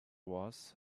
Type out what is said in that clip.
was